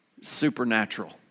supernatural